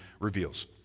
reveals